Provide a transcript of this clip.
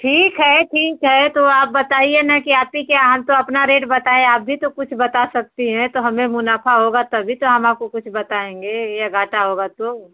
ठीक है ठीक है तो आप बताइए ना कि आप ही क्या हम तो अपना रेट बताए आप भी तो कुछ बता सकती हैं तो हमें मुनाफा होगा तभी तो हम आपको कुछ बताएँगे या घाटा होगा तो